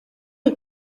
est